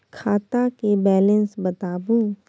खाता के बैलेंस बताबू?